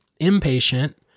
impatient